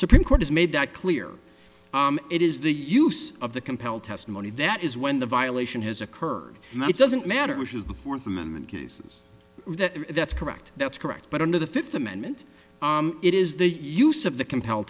supreme court has made that clear it is the use of the compel testimony that is when the violation has occurred it doesn't matter which is the fourth amendment cases that's correct that's correct but under the fifth amendment it is the use of the compel